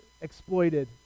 exploited